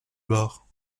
bords